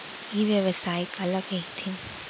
ई व्यवसाय काला कहिथे?